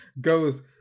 goes